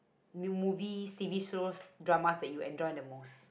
new movies T_V shows drama that you enjoy the most